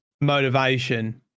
motivation